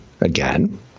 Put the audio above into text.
Again